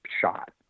shot